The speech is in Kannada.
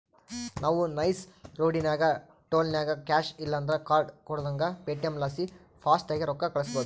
ನಾವು ನೈಸ್ ರೋಡಿನಾಗ ಟೋಲ್ನಾಗ ಕ್ಯಾಶ್ ಇಲ್ಲಂದ್ರ ಕಾರ್ಡ್ ಕೊಡುದಂಗ ಪೇಟಿಎಂ ಲಾಸಿ ಫಾಸ್ಟಾಗ್ಗೆ ರೊಕ್ಕ ಕಳ್ಸ್ಬಹುದು